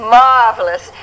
marvelous